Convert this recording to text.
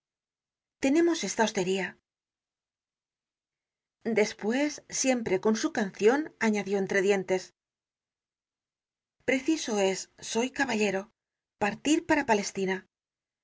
tenemos esta hostería despues siempre con su cancion añadió entre dientes preciso es soy caballero partir para palestina